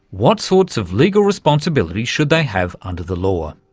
what sorts of legal responsibilities should they have under the law?